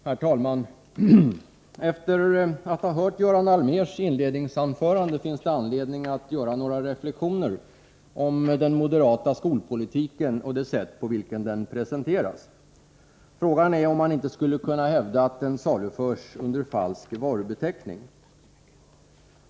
Herr talman! Efter att ha hört Göran Allmérs inledningsanförande finns det anledning att göra några reflektioner om den moderata skolpolitiken och det sätt på vilken den presenteras. Frågan är om man inte skulle kunna hävda att den saluförs under falsk varubeteckning!